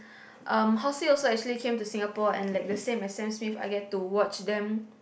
um Halsey also actually came to Singapore and like the same as Sam-Smith I get to watch them